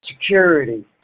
security